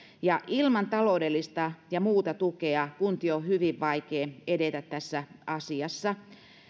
ja ilman taloudellista ja muuta tukea kuntien on hyvin vaikea edetä tässä asiassa